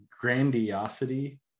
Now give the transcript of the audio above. grandiosity